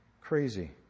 crazy